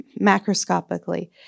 macroscopically